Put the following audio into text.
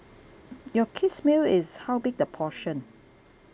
your kids' meal is how big the portion